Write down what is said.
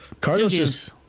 Cardinals